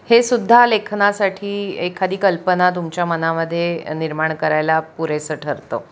हेसुद्धा लेखनासाठी एखादी कल्पना तुमच्या मनामध्ये निर्माण करायला पुरेसं ठरतं